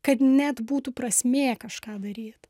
kad net būtų prasmė kažką daryt